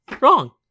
Wrong